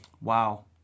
wow